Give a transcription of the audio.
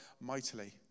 mightily